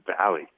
Valley